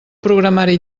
programari